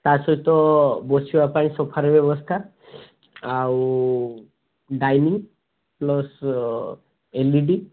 ତା ସହିତ ବସିବା ପାଇଁ ସୋଫାର୍ ବ୍ୟବସ୍ଥା ଆଉ dining plus L E D